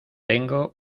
tengo